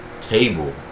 table